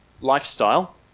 lifestyle